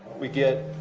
we get,